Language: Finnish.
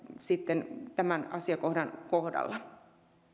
sitten tämän asiakohdan kohdalla